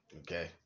Okay